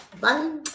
Bye